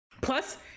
plus